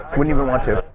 i mean even want to.